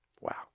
Wow